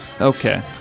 Okay